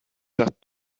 that